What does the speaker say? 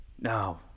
No